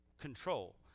control